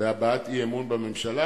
בהבעת אי-אמון בממשלה,